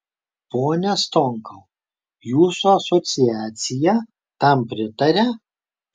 pone stonkau jūsų asociacija tam pritaria